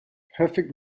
perfect